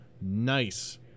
nice